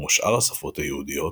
כמו שאר השפות היהודיות,